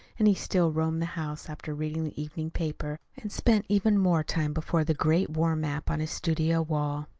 and he still roamed the house after reading the evening paper, and spent even more time before the great war map on his studio wall.